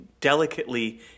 delicately